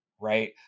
Right